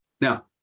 Now